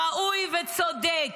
ראוי וצודק